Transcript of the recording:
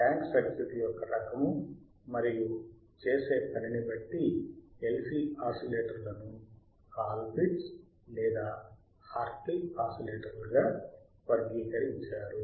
tank circuit యొక్క రకము మరియు చేసే పనిని బట్టి LC ఆసిలేటర్లను కాల్ పిట్స్ లేదా హార్ట్లీ ఆసిలేటర్ గా వర్గీకరించారు